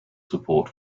support